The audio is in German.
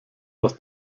aus